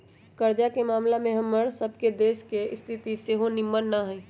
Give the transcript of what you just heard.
कर्जा के ममला में हमर सभ के देश के स्थिति सेहो निम्मन न हइ